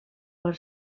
per